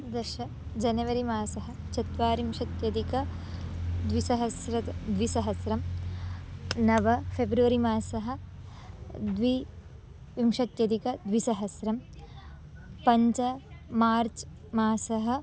दश जनवरि मासः चत्वारिंशत्यधिकं द्विसहस्रं तत् द्विसहस्रं नव फ़ेब्रवरि मासः द्विविंशत्यधिकद्विसहस्रं पञ्च मार्च् मासः